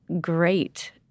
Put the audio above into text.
great